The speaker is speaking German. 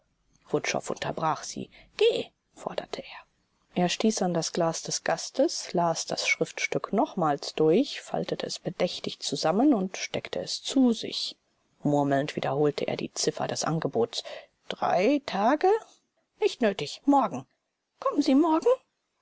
wutschow unterbrach sie geh forderte er er stieß an das glas des gastes las das schriftstück nochmals durch faltete es bedächtig zusammen und steckte es zu sich murmelnd wiederholte er die ziffer des angebots drei tage nicht nötig morgen kommen sie morgen